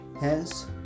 Hence